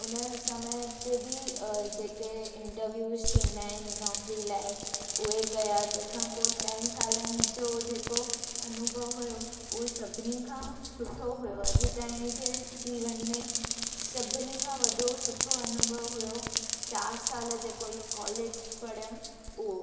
उन समय ते बि अ जेके इंटरव्यूस थींदा आहिनि नौकिरी लाइ उहे कया तंहिंखां पोइ चइनि सालनि जो जेको अनुभव हुयो उहो सभिनी खां सुठो हुयो अॼु ताईं जे जीवन में सभिनी खां वॾो सुठो अनुभव हुयो चारि साल जेको इहो कॉलेज पढ़ियमि उओ